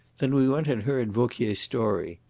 then we went and heard vauquier's story.